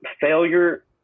failure